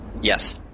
Yes